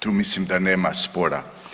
Tu mislim da nema spora.